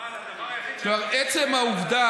עצם העבודה